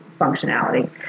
functionality